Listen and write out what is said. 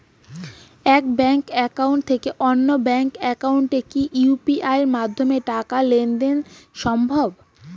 এক bank account থেকে অন্য ব্যাংক একাউন্টে কি ইউ.পি.আই মাধ্যমে টাকার লেনদেন দেন সম্ভব?